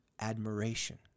admiration